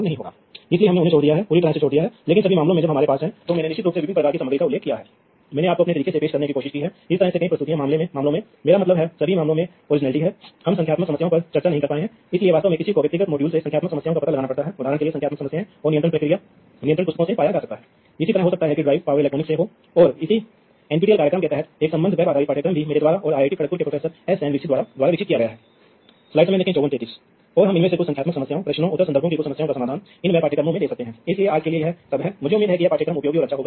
तो इससे हमें यह पता चलता है कि एक औद्योगिक नेटवर्क कैसे शारीरिक रूप से जुड़ा हुआ है इसलिए एक ऐसी बस है जो पूरे कारखाने में चल रही है इस बस को रिपीटर आदि का उपयोग करके खंडित किया जा सकता है और फिर आपको वास्तव में इस सेगमेंट पर डिवाइस हैंग करना होगा